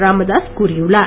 ராமதாஸ் கூறியுள்ளார்